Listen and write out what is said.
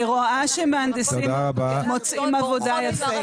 אני רואה שמהנדסים מוצאים יפה עבודה.